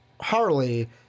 Harley